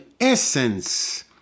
essence